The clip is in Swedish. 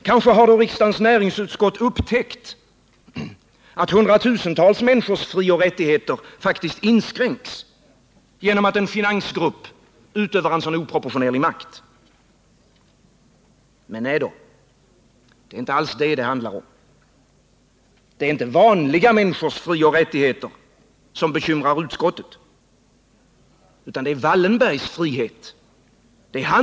Kanske har riksdagens näringsutskott upptäckt att hundratusentals människors frioch rättigheter faktiskt inskränks genom att en finansgrupp utövar en sådan oproportionerlig makt. Men, nej då! Det är inte alls det det handlar om. Det är inte vanliga människors frioch rättigheter som bekymrar utskottet. Det är Wallenbergs frihet man tänker på.